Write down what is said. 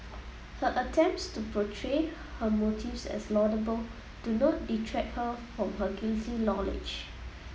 her attempts to portray her motives as laudable do not detract her from her guilty knowledge